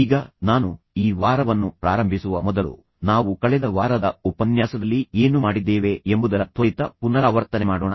ಈಗ ನಾನು ಈ ವಾರವನ್ನು ಪ್ರಾರಂಭಿಸುವ ಮೊದಲು ನಾವು ಕಳೆದ ವಾರದ ಉಪನ್ಯಾಸದಲ್ಲಿ ಏನು ಮಾಡಿದ್ದೇವೆ ಎಂಬುದರ ತ್ವರಿತ ಪುನರಾವರ್ತನೆಮಾಡೋಣ